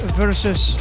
versus